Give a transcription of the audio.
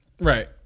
Right